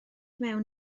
mewn